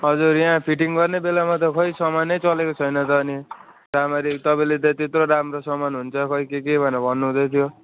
हजुर यहाँ फिटिङ गर्ने बेलामा त खोइ समानै चलेको छैन त अनि रामरी तपाईँले त त्यत्रो राम्रो सामान हुन्छ खै के के भनेर भन्नु हुँदैथ्यो